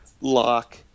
Lock